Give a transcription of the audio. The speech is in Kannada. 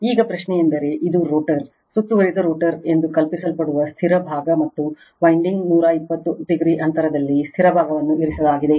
ಈಗ ಪ್ರಶ್ನೆಯೆಂದರೆ ಇದು ರೋಟರ್ ಸುತ್ತುವರಿದ ರೋಟರ್ ಎಂದು ಕರೆಯಲ್ಪಡುವ ಸ್ಥಿರ ಭಾಗ ಮತ್ತು ವೈಂಡಿಂಗ್ 120 o ಅಂತರದಲ್ಲಿ ಸ್ಥಿರ ಭಾಗವನ್ನು ಇರಿಸಲಾಗಿದೆ